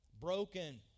Broken